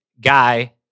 guy